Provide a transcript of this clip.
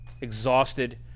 exhausted